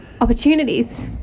opportunities